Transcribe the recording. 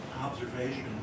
observation